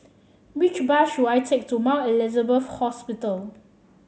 which bus should I take to Mount Elizabeth Hospital